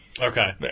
Okay